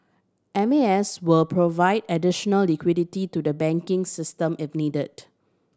M A S will provide additional liquidity to the banking system if needed